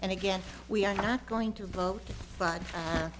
and again we are not going to